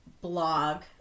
blog